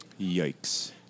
Yikes